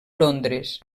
londres